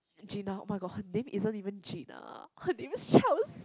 Gina oh-my-god her name isn't even Gina her name is Chels